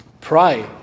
pray